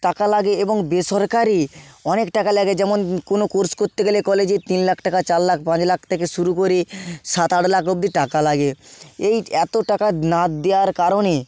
টাকা লাগে এবং বেসরকারি অনেক টাকা লাগে যেমন কোনো কোর্স করতে গেলে কলেজে তিন লাখ টাকা চার লাখ পাঁচ লাখ থেকে শুরু করে সাত আট লাখ অবদি টাকা লাগে এই এত টাকা না দেওয়ার কারণে